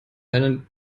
einen